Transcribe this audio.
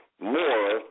more